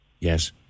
Yes